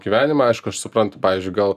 gyvenimą aišku aš suprantu pavyzdžiui gal